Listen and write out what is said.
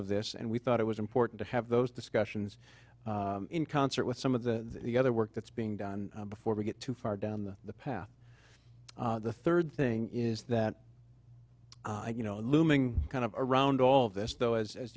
of this and we thought it was important to have those discussions in concert with some of the other work that's being done before we get too far down the path the third thing is that you know looming kind of around all of this though as